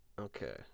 okay